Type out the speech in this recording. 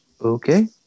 Okay